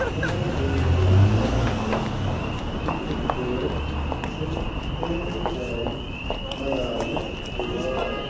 مہربٲنی کٔرِتھ ون مےٚ یہِ کِتھ پٲٹھۍ چھِ تہنٛزِ جایہِ مناونہٕ یِوان